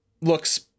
looks